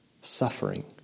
Suffering